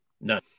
None